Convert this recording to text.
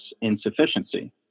insufficiency